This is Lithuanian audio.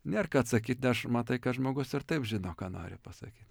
nėr ką atsakyt neš matai kad žmogus ir taip žino ką nori pasakyt